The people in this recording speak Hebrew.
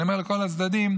אני אומר לכל הצדדים,